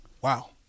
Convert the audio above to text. wow